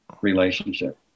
relationship